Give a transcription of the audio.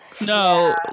No